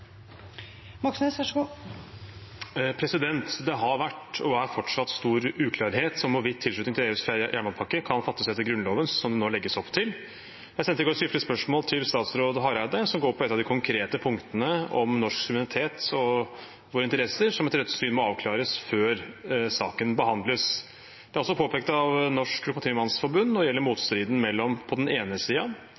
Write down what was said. Moxnes har bedt om ordet. Det har vært og er fortsatt stor uklarhet om hvorvidt tilslutning til EUs fjerde jernbanepakke kan fattes etter Grunnloven, slik det nå legges opp til. Jeg sendte i går et skriftlig spørsmål til statsråd Hareide som går på et av de konkrete punktene om norsk suverenitet og interesser, som etter Rødts syn må avklares før saken behandles. Det er også påpekt av Norsk Lokomotivmannsforbund og gjelder